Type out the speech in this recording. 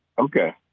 Okay